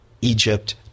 Egypt